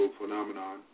phenomenon